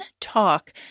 talk